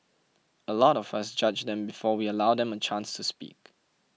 a lot of us judge them before we allow them a chance to speak